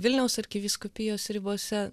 vilniaus arkivyskupijos ribose